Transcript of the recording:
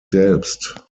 selbst